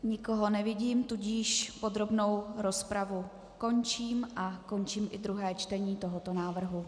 Nikoho nevidím, tudíž podrobnou rozpravu končím a končím i druhé čtení tohoto návrhu.